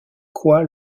quoi